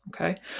Okay